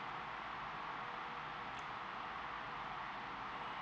uh